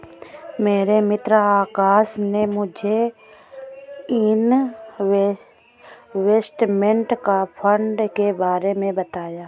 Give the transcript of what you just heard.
मेरे मित्र आकाश ने मुझे इनवेस्टमेंट फंड के बारे मे बताया